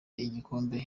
igikombe